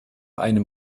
einem